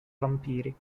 vampiri